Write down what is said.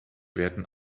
werden